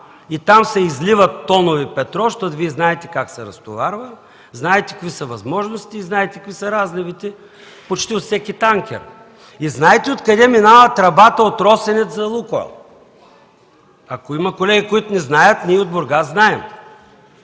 и там се изливат тонове петрол, защото Вие знаете как се разтоварва, знаете какви са възможностите и какви са разливите от почти всеки танкер, знаете откъде минава тръбата от Росенец за „Лукойл”. Ако има колеги, които не знаят, ние от Бургас знаем.